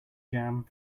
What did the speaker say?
jam